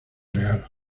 regalos